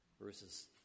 verses